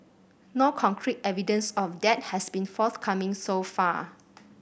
no concrete evidence of that has been forthcoming so far